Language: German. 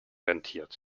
rentiert